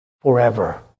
Forever